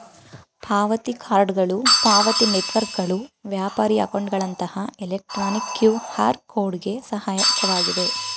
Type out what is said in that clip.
ಪಾವತಿ ಕಾರ್ಡ್ಗಳು ಪಾವತಿ ನೆಟ್ವರ್ಕ್ಗಳು ವ್ಯಾಪಾರಿ ಅಕೌಂಟ್ಗಳಂತಹ ಎಲೆಕ್ಟ್ರಾನಿಕ್ ಕ್ಯೂಆರ್ ಕೋಡ್ ಗೆ ಸಹಾಯಕವಾಗಿದೆ